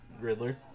Riddler